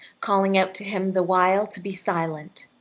calling out to him the while to be silent.